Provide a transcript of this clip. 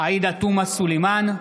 עאידה תומא סלימאן,